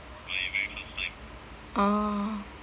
oh